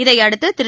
இதையடுத்து திரு